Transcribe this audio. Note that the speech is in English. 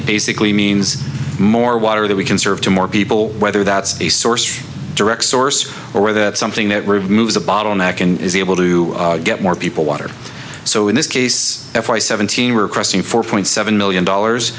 it basically means more water that we can serve to more people whether that's a source of direct source or that something that removes a bottleneck and is able to get more people water so in this case f y seventeen we're crossing four point seven million dollars